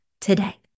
today